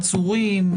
עצורים,